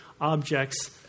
objects